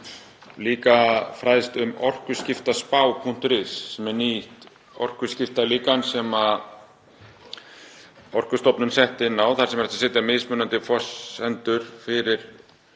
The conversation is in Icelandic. líka fræðst um orkuskiptaspá.is, sem er nýtt orkuskiptalíkan sem Orkustofnun setti á fót, þar sem er hægt að setja inn mismunandi forsendur fyrir